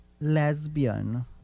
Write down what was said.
lesbian